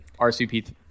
rcp